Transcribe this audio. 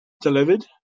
delivered